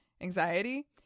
anxiety